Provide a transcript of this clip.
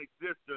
existence